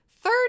Third